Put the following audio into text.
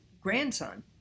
grandson